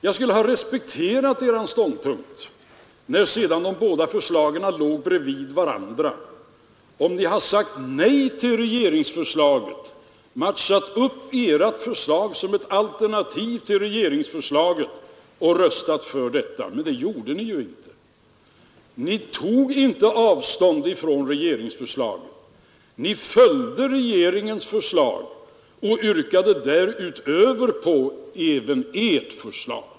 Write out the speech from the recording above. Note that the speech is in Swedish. Jag skulle ha respekterat er ståndpunkt om ni, när de båda förslagen sedan låg bredvid varandra, hade sagt nej till regeringsförslaget, matchat upp ert förslag såsom ett alternativ till regeringsförslaget och röstat för detta. Men det gjorde ni inte. Ni tog inte avstånd från regeringsförslaget. Ni följde regeringens förslag och yrkade därutöver på även ert förslag.